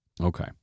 Okay